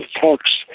talks